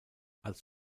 als